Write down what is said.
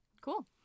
Cool